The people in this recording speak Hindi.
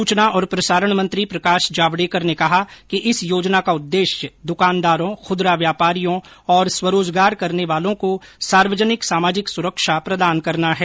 सूचना और प्रसारण मंत्री प्रकाश जावड़ेकर ने कहा कि इस योजना का उद्देश्य दुकानदारों खुदरा व्यापारियों और स्वरोजगार करने वालों को सार्वजनिक सामाजिक सुरक्षा प्रदान करना है